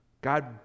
God